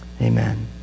amen